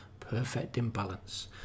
PerfectImbalance